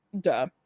duh